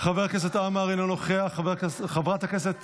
חבר הכנס אילוז, אינו נוכח, חבר הכנסת